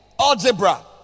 algebra